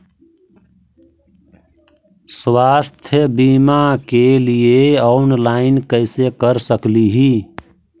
स्वास्थ्य बीमा के लिए ऑनलाइन कैसे कर सकली ही?